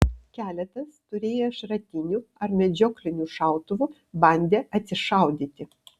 keletas turėję šratinių ar medžioklinių šautuvų bandė atsišaudyti